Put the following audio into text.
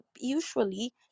usually